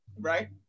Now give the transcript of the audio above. right